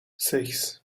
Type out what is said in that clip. sechs